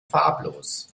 farblos